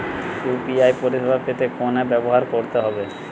UPI পরিসেবা পেতে কোন অ্যাপ ব্যবহার করতে হবে?